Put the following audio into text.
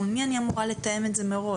מול מי אני אמורה לתאם את זה מראש?